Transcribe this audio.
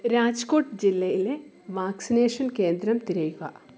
രാജ്കോട്ട് ജില്ലയിലെ വാക്സിനേഷൻ കേന്ദ്രം തിരയുക